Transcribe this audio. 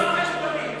יש לך עוד שתי דקות.